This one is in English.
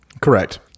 correct